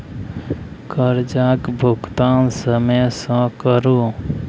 करजाक भूगतान समय सँ करु